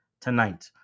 tonight